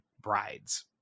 brides